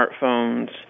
smartphones